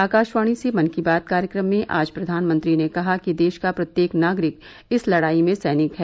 आकाशवाणी से मन की बात कार्यक्रम में आज प्रधानमंत्री ने कहा कि देश का प्रत्येक नागरिक इस लड़ाई में सैनिक है